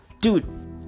Dude